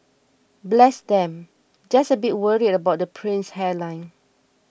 bless them just a bit worried about the prince's hairline